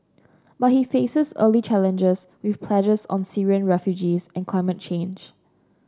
but he faces early challenges with pledges on Syrian refugees and climate change